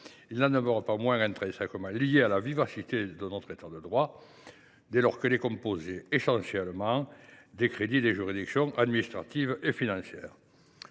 Ils n’en demeurent pas moins intrinsèquement liés à la vivacité de notre État de droit, dès lors qu’ils sont composés essentiellement des crédits des juridictions administratives et financières.